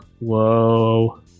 Whoa